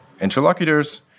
interlocutors